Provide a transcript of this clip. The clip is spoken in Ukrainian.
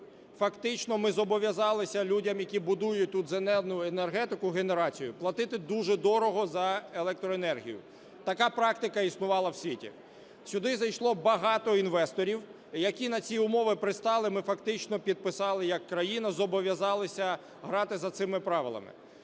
Фактично ми зобов'язалися людям, які будують тут "зелену" енергетику, генерацію, платити дуже дорого за електроенергію. Така практика існувала в світі. Сюди зайшло багато інвесторів, які на ці умови пристали. Ми фактично підписали як країна, зобов'язалися грати за цими правилами.